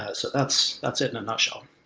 ah so that's that's it in a nutshell